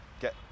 get